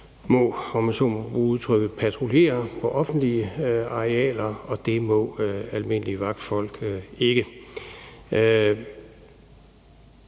må bruge udtrykket, patruljere på offentlige arealer, og det må almindelige vagtfolk ikke.